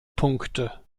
punkte